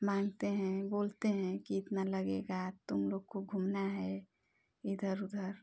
मांगते हैं बोलते हैं कि इतना लगेगा तुम लोग को घूमना है इधर उधर